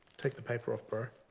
take the paper off bro.